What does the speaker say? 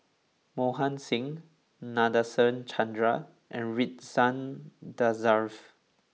Mohan Singh Nadasen Chandra and Ridzwan Dzafir